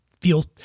feel